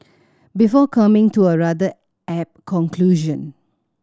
before coming to a rather apt conclusion